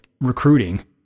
recruiting